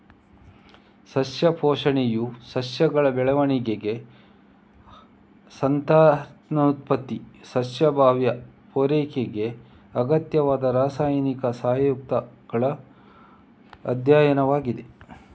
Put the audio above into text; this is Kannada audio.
ಸಸ್ಯ ಪೋಷಣೆಯು ಸಸ್ಯಗಳ ಬೆಳವಣಿಗೆ, ಸಂತಾನೋತ್ಪತ್ತಿ, ಸಸ್ಯ ಬಾಹ್ಯ ಪೂರೈಕೆಗೆ ಅಗತ್ಯವಾದ ರಾಸಾಯನಿಕ ಸಂಯುಕ್ತಗಳ ಅಧ್ಯಯನವಾಗಿದೆ